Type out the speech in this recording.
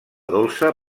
dolça